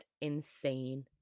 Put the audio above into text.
insane